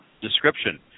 description